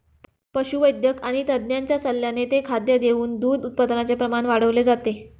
पशुवैद्यक आणि तज्ञांच्या सल्ल्याने ते खाद्य देऊन दूध उत्पादनाचे प्रमाण वाढवले जाते